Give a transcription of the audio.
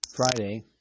Friday